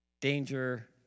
danger